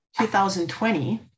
2020